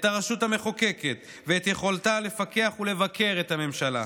את הרשות המחוקקת ואת יכולתה לפקח ולבקר את הממשלה.